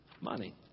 money